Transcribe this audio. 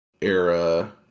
era